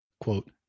quote